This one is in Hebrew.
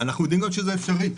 אנחנו יודעים גם שזה אפשרי.